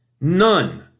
None